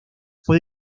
fue